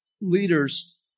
leaders